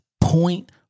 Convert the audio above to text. point